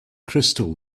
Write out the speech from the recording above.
crystal